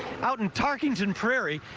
out in tarkington prairie,